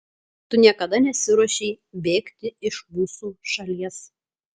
tu niekada nesiruošei bėgti iš mūsų šalies